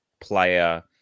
player